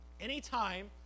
Anytime